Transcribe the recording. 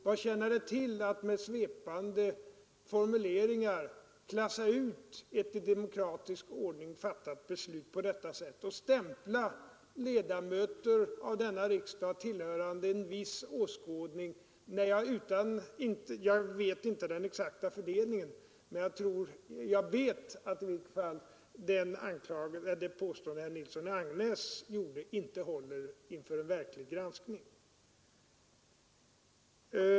Vad tjänar det till att med svepande formuleringar på detta sätt klassa ut ett i demokratisk ordning fattat beslut och ledamöter av denna riksdag tillhörande en viss åskådning? Jag känner inte till den exakta fördelningen, men jag vet i varje fall att herr Nilssons i Agnäs påstående inte håller inför en verklig granskning.